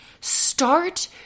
start